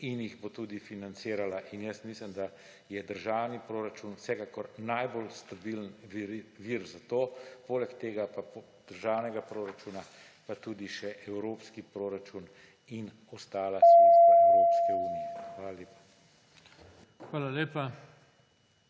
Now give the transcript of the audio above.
in jih bo tudi financirala. In jaz mislim, da je državni proračun vsekakor najbolj stabilen vir za to, poleg tega državnega proračuna pa tudi še evropski proračun in ostala sredstva Evropske unije. Hvala lepa.